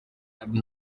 ari